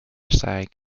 sag